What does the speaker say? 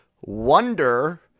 wonder